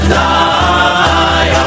die